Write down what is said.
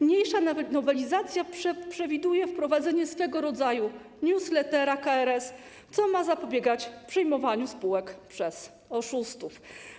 Niniejsza nowelizacja przewiduje wprowadzenie swego rodzaju newslettera KRS, co ma zapobiegać przejmowaniu spółek przez oszustów.